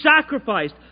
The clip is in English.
sacrificed